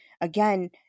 again